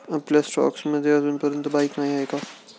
आपल्या स्टॉक्स मध्ये अजूनपर्यंत बाईक नाही आहे का?